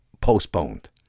postponed